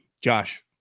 Josh